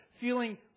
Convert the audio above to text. feeling